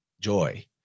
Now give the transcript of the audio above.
joy